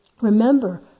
remember